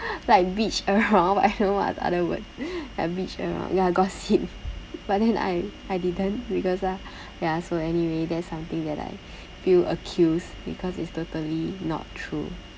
like bitch around but I don't know what's other word ya bitch around ya gossip but then I I didn't because ah ya so anyway that's something that I feel accused because it's totally not true